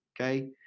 Okay